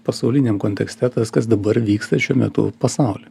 pasauliniam kontekste tas kas dabar vyksta šiuo metu pasauly